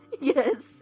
yes